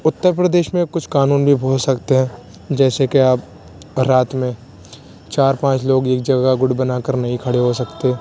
اتر پردیش میں کچھ قانون بھی بہت سخت ہیں جیسے کہ آپ رات میں چار پانچ لوگ ایک جگہ گٹ بنا کر نہیں کھڑے ہو سکتے